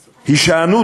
ישראל,